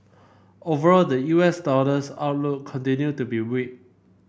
overall the U S dollar's outlook continued to be weak